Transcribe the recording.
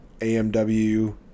AMW